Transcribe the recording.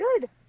good